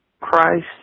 Christ